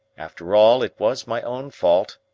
after all, it was my own fault,